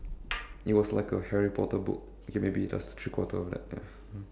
it was like a Harry Potter book okay maybe just three quarter of that ya